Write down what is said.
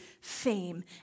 fame